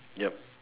ya